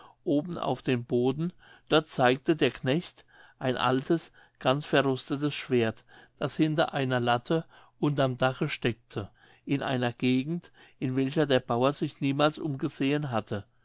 oben auf den boden dort zeigte der knecht ein altes ganz verrostetes schwerdt das hinter einer latte unterm dache steckte in einer gegend in welcher der bauer sich niemals umgesehen hatte